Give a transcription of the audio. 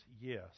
Yes